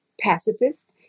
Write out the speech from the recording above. pacifist